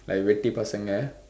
like வெட்டி பசங்க:vetdi pasangka